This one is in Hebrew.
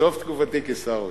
סוף תקופתי כשר אוצר.